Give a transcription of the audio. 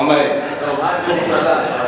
למה לא מאשים את משרד השיכון?